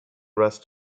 rest